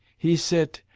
he sayt,